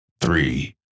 three